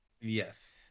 Yes